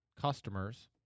customers